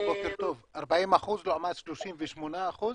40% לעומת 38%?